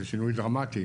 זה שינוי דרמטי